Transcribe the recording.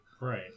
Right